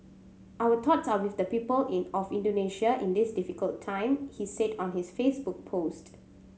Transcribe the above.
our thoughts are with the people in of Indonesia in this difficult time he said on his Facebook post